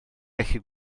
gallu